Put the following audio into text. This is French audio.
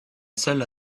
seule